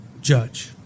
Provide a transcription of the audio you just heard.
judge